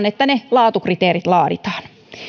että ne laatukriteerit laaditaan